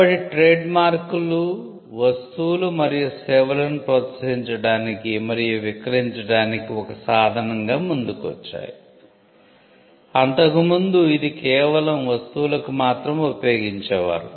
కాబట్టి ట్రేడ్మార్కులు వస్తువులు మరియు సేవలను ప్రోత్సహించడానికి మరియు విక్రయించడానికి ఒక సాధనంగా ముందుకు వచ్చాయి అంతకుముందు ఇది కేవలం వస్తువులకు మాత్రమే ఉపయోగించేవారు